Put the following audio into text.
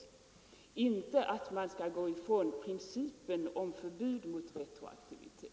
Jag menade inte att man skall gå ifrån principen om förbud mot retroaktivitet.